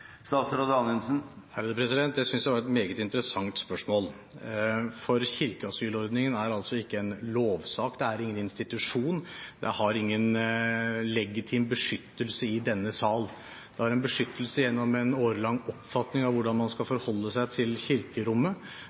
jeg var et meget interessant spørsmål, for kirkeasylordningen er altså ikke en lovsak, den er ingen institusjon. Den har ingen legitim beskyttelse i denne sal, den har en beskyttelse gjennom en årelang oppfatning av hvordan man skal forholde seg til kirkerommet.